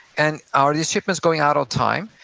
and are these shipments going out on time,